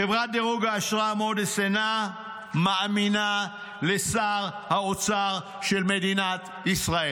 חברת דירוג האשראי מודי'ס אינה מאמינה לשר האוצר של מדינת ישראל.